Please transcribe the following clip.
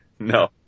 No